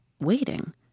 Waiting